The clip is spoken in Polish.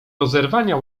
rozerwania